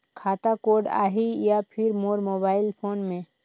खाता कोड आही या फिर मोर मोबाइल फोन मे?